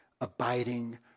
abiding